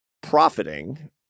profiting